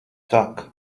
tak